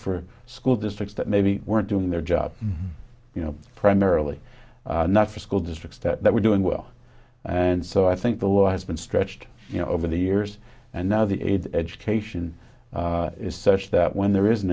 for school districts that maybe weren't doing their job you know primarily not for school districts that were doing well and so i think the law has been stretched you know over the years and now the aids education is such that when there is an